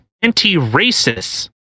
anti-racists